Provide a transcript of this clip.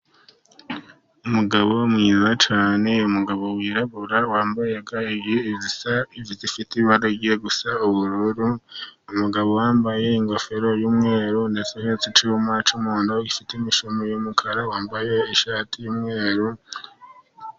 Umugabo mwiza cyane umugabo wirabura wambaye ga ebyiri zifite ibara rigiye gusa n'ubururu, umugabo wambaye ingofero y'umweru ahetse icyuma cy' umuhondo gifite imishumi y'umukara, wambaye ishati y'umweru,